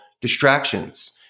distractions